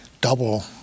double